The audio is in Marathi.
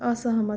असहमत